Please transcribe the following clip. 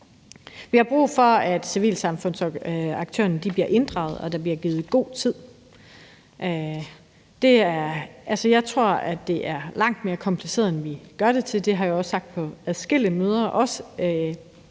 Vi har brug for, at civilsamfundsaktørerne bliver inddraget, og at der bliver givet god tid. Altså, jeg tror, det er langt mere kompliceret, end vi gør det til. Det har jeg også sagt på adskillige møder,